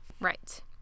Right